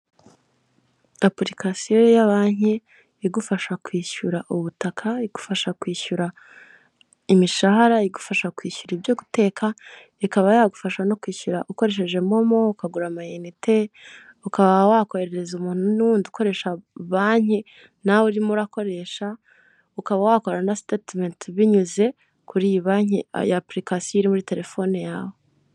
Urubuga rw'ikoranabuhanga rwitwa Livingi ini Kigali rwifashishwa rufasha abantu batuye iki muri Kigali kuba bagura ibikoresho ibiribwa ndetse n'imyambaro muri Kigali.